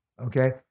okay